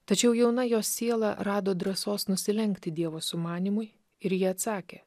tačiau jauna jos siela rado drąsos nusilenkti dievo sumanymui ir ji atsakė